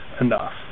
enough